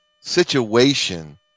situation